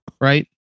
right